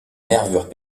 nervures